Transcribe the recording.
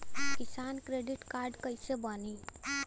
किसान credit card कइसे बानी?